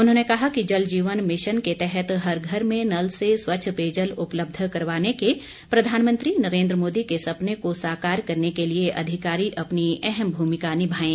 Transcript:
उन्होंने कहा कि जल जीवन मिशन के तहत हर घर में नल से स्वच्छ पेयजल उपलब्ध करवाने के प्रधानमंत्री नरेंद्र मोदी के सपने को साकार करने के लिए अधिकारी अपनी अहम भूमिका निभाएं